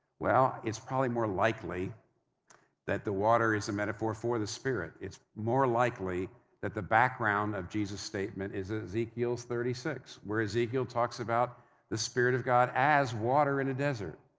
well, it's probably more likely that the water is a metaphor for the spirit. it's more likely that the background of jesus' statement is ezekiel thirty six where ezekiel talks about the spirit of god as water in a desert.